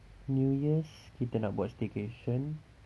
new year's kita nak buat staycation